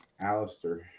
Alistair